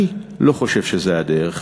אני לא חושב שזה הדרך.